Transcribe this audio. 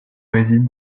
réside